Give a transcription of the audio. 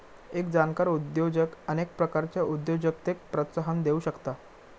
एक जाणकार उद्योजक अनेक प्रकारच्या उद्योजकतेक प्रोत्साहन देउ शकता